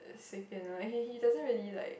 uh 随便 ah he he doesn't really like